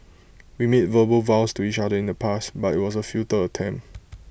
we made verbal vows to each other in the past but IT was A futile attempt